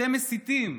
אתם מסיתים,